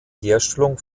herstellung